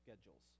schedules